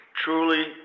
truly